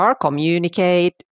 communicate